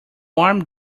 warm